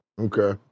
Okay